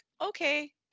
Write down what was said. okay